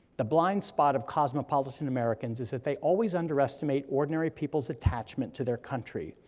the blind spot of cosmopolitan americans is that they always underestimate ordinary people's attachment to their country,